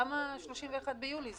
למה 31 ביולי?